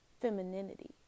femininity